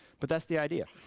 but that's the idea.